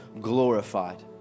glorified